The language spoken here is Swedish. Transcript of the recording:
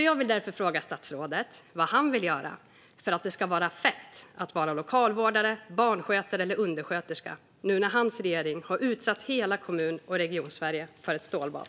Jag vill därför fråga statsrådet vad han vill göra för att det ska vara fett att vara lokalvårdare, barnskötare eller undersköterska nu när hans regering har utsatt hela Kommun och regionsverige för ett stålbad.